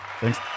thanks